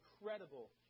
incredible